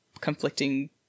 conflicting